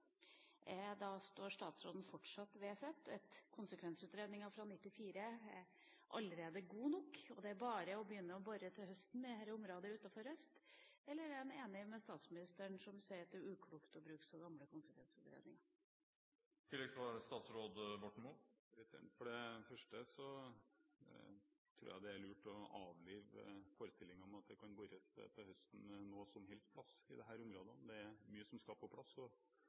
Står statsråden fortsatt på sitt, at konsekvensutredninger fra 1994 fremdeles er gode nok, og at det bare er å begynne å bore til høsten i dette området utenfor Røst? Eller er han enig med statsministeren, som sier at det er uklokt å bruke så gamle konsekvensutredninger? For det første tror jeg det er lurt å avlive forestillingen om at det til høsten kan bores noe som helst sted i disse områdene. Det er mye som skal på plass